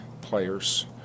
players